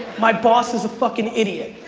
my boss is a fucking idiot.